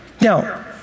Now